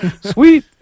sweet